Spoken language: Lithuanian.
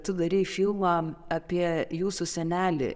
tu darei filmą apie jūsų senelį